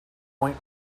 point